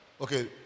Okay